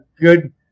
good